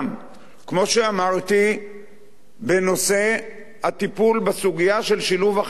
כמו שאמרתי בנושא הטיפול בסוגיה של שילוב החרדים,